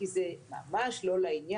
כי זה ממש לא לעניין.